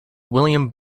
william